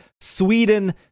Sweden